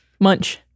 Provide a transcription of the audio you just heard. Munch